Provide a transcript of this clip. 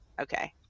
Okay